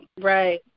Right